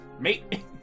Mate